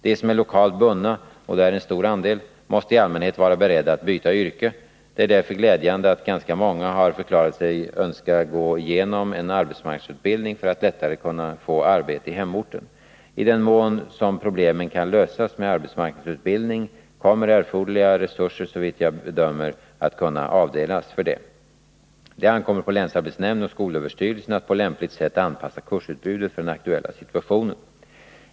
De som är lokalt bundna — och det är en stor andel — måste i allmänhet vara beredda att byta yrke. Det är därför glädjande att ganska många har förklarat sig önska gå igenom en arbetsmarknadsutbildning för att lättare kunna få arbete i hemorten. I den mån som problemen kan lösas med arbetsmarknadsutbildning kommer erforderliga resurser såvitt jag bedömer att kunna avdelas för det. Det ankommer på länsarbetsnämnden och skolöverstyrelsen att på lämpligt sätt anpassa kursutbudet för den aktuella situationen.